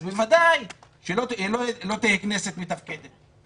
אז בוודאי לא תהיה כנסת מתפקדת.